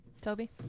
Toby